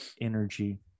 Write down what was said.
energy